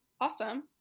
awesome